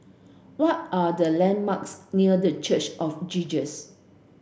what are the landmarks near The Church of Jesus